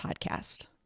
podcast